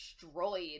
destroyed